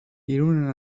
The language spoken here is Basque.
irunen